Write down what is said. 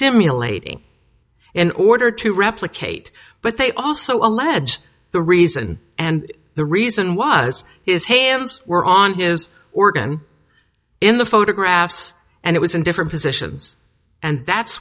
simulating in order to replicate but they also allege the reason and the reason was his hands were on his organ in the photographs and it was in different positions and that's